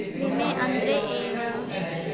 ವಿಮೆ ಅಂದ್ರೆ ಏನ?